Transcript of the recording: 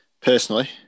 Personally